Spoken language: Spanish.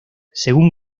según